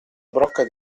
brocca